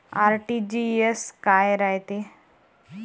RTGS काय रायते?